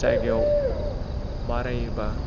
जायगायाव बारायोबा